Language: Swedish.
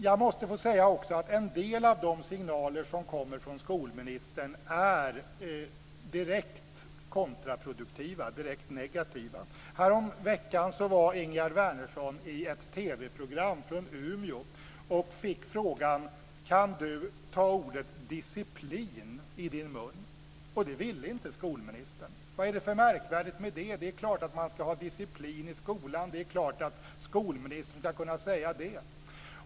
Jag måste också få säga att en del av de signaler som kommer från skolministern är direkt kontraproduktiva, direkt negativa. Häromveckan var Ingegerd Wärnersson med i ett TV-program från Umeå och fick frågan: Kan du ta ordet disciplin i din mun? Det ville inte skolministern. Vad är det för märkvärdigt med det? Det är klart att man ska ha disciplin i skolan. Det är klart att skolministern ska kunna säga det.